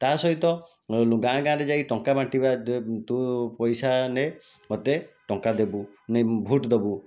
ତା'ସହିତ ଗାଁ ଗାଁରେ ଯାଇ ଟଙ୍କା ବାଣ୍ଟିବା ତୁ ପଇସା ନେ ମତେ ଟଙ୍କା ଦେବୁ ନାଇଁ ଭୋଟ ଦବୁ ଏମିତି ମଧ୍ୟ ହୋଇଥାଏ ସେଥିପାଇଁ ନିର୍ବାଚନ ସମୟରେ ଏହି ସବୁ ସମସ୍ୟା ଗୁଡ଼ିକ ଆମକୁ ଭୋଗିବାକୁ ପଡ଼ିଥାଏ